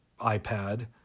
iPad